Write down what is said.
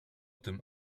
tym